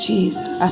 Jesus